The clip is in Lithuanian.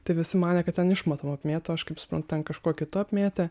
tai visi manė kad ten išmatom apmėto aš kaip suprantu ten kažkuo kitu apmėtė